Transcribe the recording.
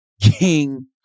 king